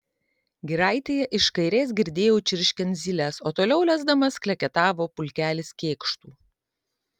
giraitėje iš kairės girdėjau čirškiant zyles o toliau lesdamas kleketavo pulkelis kėkštų